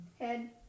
head